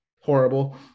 horrible